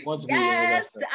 yes